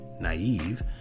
naive